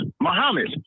Muhammad